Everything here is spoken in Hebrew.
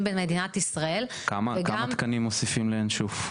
במדינת ישראל וגם --- כמה תקנים מוסיפים לינשוף?